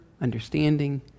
understanding